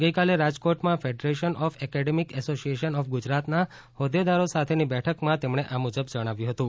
ગઇકાલે રાજકોટમાં federation of academic association of ગુજરાતના હોદ્દેદારો સાથેની બેઠકમાં તેમણે આ મુજબ જણાવ્યું હતું